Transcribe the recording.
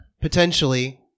potentially